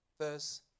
verse